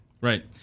Right